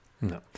No